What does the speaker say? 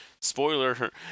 Spoiler